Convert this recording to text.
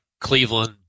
Cleveland